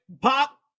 pop